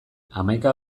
hamaika